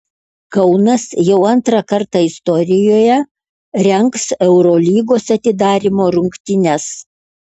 kaunas jau antrą kartą istorijoje rengs eurolygos atidarymo rungtynes